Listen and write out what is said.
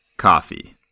Coffee